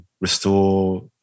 restore